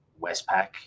Westpac